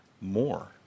more